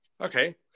Okay